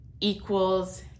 equals